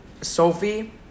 Sophie